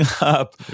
up